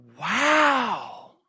Wow